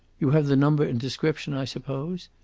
you have the number and description, i suppose?